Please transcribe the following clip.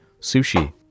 sushi